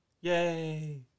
Yay